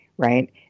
right